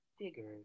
figures